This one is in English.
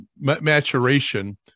maturation